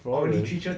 fioral